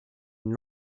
une